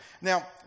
Now